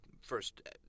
first